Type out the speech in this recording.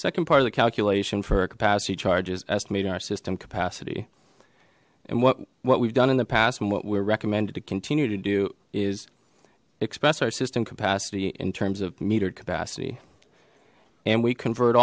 second part of the calculation for capacity charges estimating our system capacity and what what we've done in the past and what we're recommended to continue to do is express our system capacity in terms of metered capacity and we convert